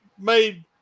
made